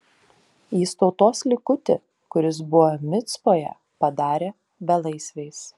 jis tautos likutį kuris buvo micpoje padarė belaisviais